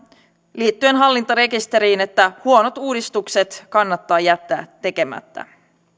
liittyen hallintarekisteriin huonot uudistukset kannattaa jättää tekemättä